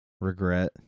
Regret